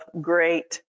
great